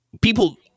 people